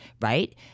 right